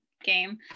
game